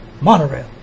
monorail